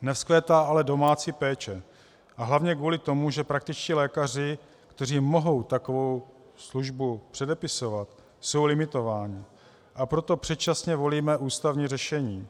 Nevzkvétá ale domácí péče a hlavně kvůli tomu, že praktičtí lékaři, kteří mohou takovou službu předepisovat, jsou limitováni, a proto předčasně volíme ústavní řešení.